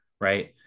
Right